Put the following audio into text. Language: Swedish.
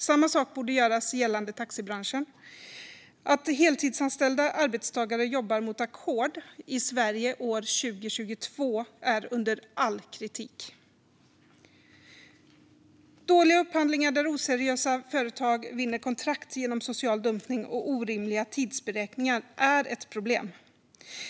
Samma sak borde göras gällande taxibranschen. Att heltidsanställda arbetstagare jobbar mot ackord i Sverige år 2022 är under all kritik. Dåliga upphandlingar där oseriösa företag vinner kontrakt genom social dumpning och orimliga tidsberäkningar är ett problem.